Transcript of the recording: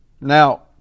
Now